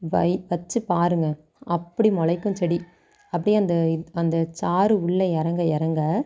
வை வச்சிப் பாருங்கள் அப்படி முளைக்கும் செடி அப்படியே அந்த அந்த சாறு உள்ள இறங்க இறங்க